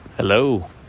Hello